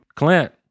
Clint